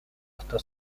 hasta